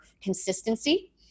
consistency